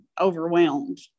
overwhelmed